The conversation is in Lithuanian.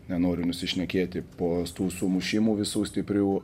nenoriu nusišnekėti po tų sumušimų visų stiprių